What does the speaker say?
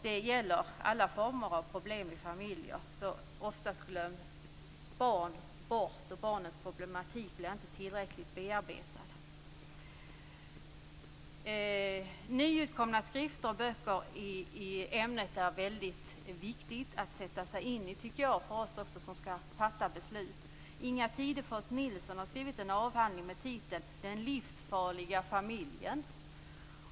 Det gäller alla former av problem i familjer. Oftast glöms barn bort, och barnens problematik blir inte tillräckligt bearbetad. Nyutkomna skrifter och böcker i ämnet är det väldigt viktigt att sätta sig in i, det tycker jag, för oss som skall fatta beslut. Inga Tidefors-Nilsson har skrivit en avhandling med titeln Den livsfarliga familjen.